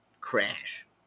crash